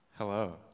Hello